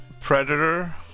Predator